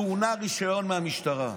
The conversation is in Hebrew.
טעונות רישיון מהמשטרה.